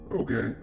Okay